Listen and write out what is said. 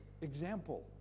Example